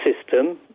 system